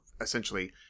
essentially